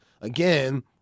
Again